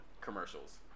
commercials